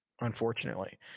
unfortunately